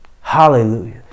Hallelujah